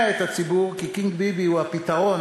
את הציבור כי קינג ביבי הוא הפתרון,